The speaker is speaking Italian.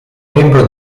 membro